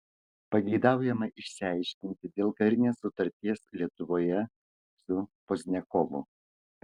pageidaujama išsiaiškinti dėl karinės sutarties lietuvoje su pozdniakovu